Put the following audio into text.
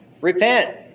Repent